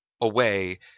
away